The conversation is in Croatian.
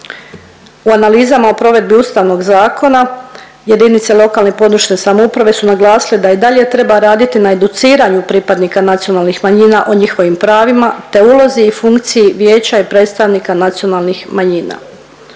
U analizama o provedbi ustavnog zakona jedinice lokalne i područne samouprave su naglasile da i dalje treba raditi na educiranju pripadnika nacionalnih manjina o njihovim pravima te ulozi i funkciji vijeća i predstavnika nacionalnih manjina.